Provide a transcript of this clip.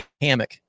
hammock